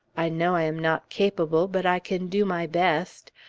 i know i am not capable, but i can do my best.